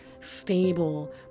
stable